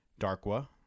Darkwa